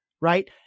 right